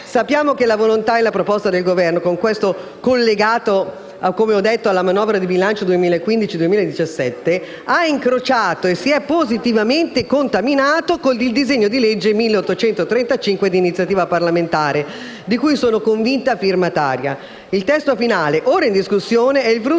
Sappiamo che la volontà e la proposta del Governo, con questo collegato alla manovra di bilancio 2015-2017, si sono incrociate e positivamente contaminate con il disegno di legge n. 1835 di iniziativa parlamentare, di cui sono convinta firmataria. Il testo finale, ora in discussione, è il frutto